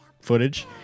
footage